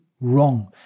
wrong